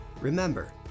Remember